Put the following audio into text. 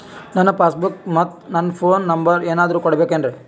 ನನ್ನ passbook ಮತ್ ನನ್ನ ಫೋನ್ ನಂಬರ್ ಏನಾದ್ರು ಕೊಡಬೇಕೆನ್ರಿ?